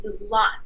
lots